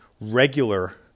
regular